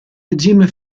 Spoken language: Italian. regime